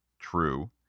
true